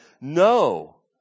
No